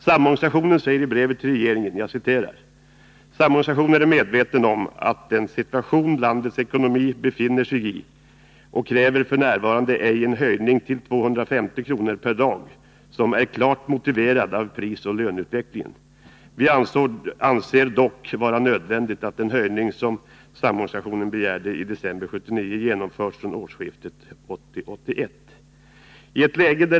Samarbetsorganisationen säger i brevet till regeringen: Samarbetsorganisationen är medveten om den situation landets ekonomi befinner sig i och kräver f. n. ej en höjning till 250 kr. per dag, som är klart motiverad av prisoch löneutvecklingen. Vi anser det dock vara nödvändigt att den höjning som samarbetsorganisationen begärde i december 1979 genomförs från årsskiftet 1980-1981.